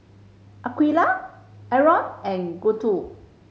Aqilah Aaron and Guntur